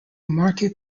market